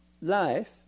life